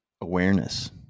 awareness